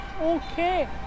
Okay